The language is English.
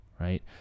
Right